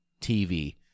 TV